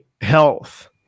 health